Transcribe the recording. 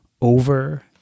over